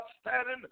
standing